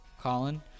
colin